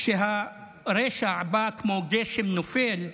/ כשהרשע בא כמו גשם נופל,